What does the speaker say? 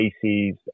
species